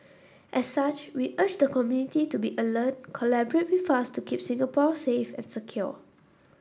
as such we urge the community to be alert collaborate with us to keep Singapore safe and secure